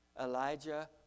Elijah